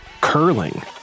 curling